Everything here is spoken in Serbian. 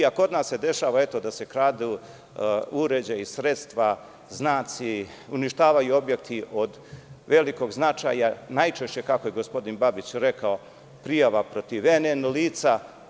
Kod nas se dešava da se kradu uređaji, sredstva, znaci, uništavaju objekti od velikog značaja, najčešće, kako je gospodin Babić rekao, prijava protiv NN lica.